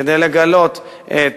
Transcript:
כדי לגלות את